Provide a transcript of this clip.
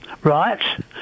Right